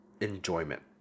enjoyment